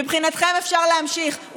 מבחינתכם אפשר להמשיך,